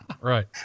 right